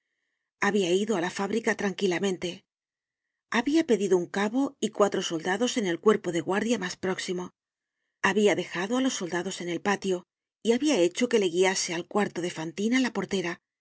habia ido á la fábrica tranquilamente habia pedido un cabo y cuatro soldados en el cuerpo de guardia mas próximo habia dejado á los soldados en el patio y habia hecho que le guiase al cuarto de fantina la portera